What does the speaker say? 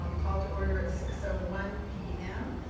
um called to order at six so one pm.